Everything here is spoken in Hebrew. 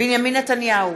בנימין נתניהו,